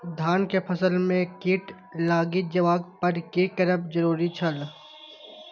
धान के फसल में कीट लागि जेबाक पर की करब जरुरी छल?